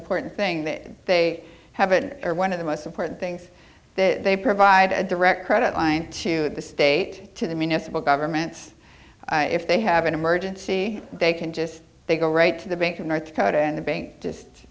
important thing that they have it or one of the most important things that they provide a direct credit line to the state to the municipal governments if they have an emergency they can just they go right to the bank of north dakota and the bank just